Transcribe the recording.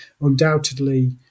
undoubtedly